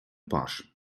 pasch